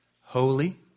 holy